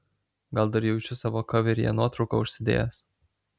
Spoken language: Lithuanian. gal dar jaučiu savo koveryje nuotrauką užsidėjęs